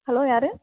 hello யார்